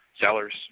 sellers